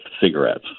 cigarettes